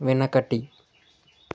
వెనకటి